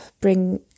bring